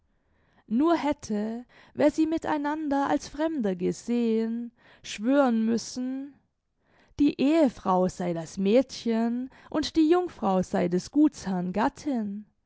nur hätte wer sie miteinander als fremder gesehen schwören müssen die ehefrau sei das mädchen und die jungfrau sei des gutsherrn gattin